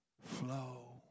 Flow